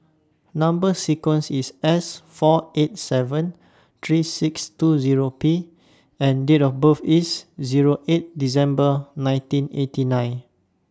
Number sequence IS S four eight seven three six two Zero P and Date of birth IS Zero eight December nineteen eighty nine